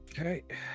Okay